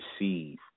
receive